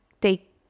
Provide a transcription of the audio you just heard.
take